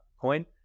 coin